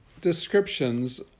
descriptions